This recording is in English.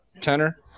tenor